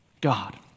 God